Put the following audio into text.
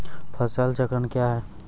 फसल चक्रण कया हैं?